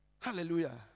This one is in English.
hallelujah